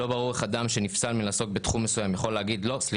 אני לא רואה איך אדם שנפסל מלעסוק בתחום מסוים יוכל לערער,